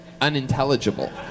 unintelligible